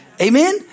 Amen